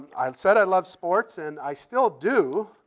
i and said i loved sports, and i still do.